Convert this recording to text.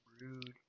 rude